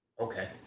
Okay